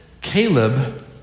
Caleb